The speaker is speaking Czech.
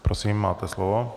Prosím, máte slovo.